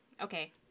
Okay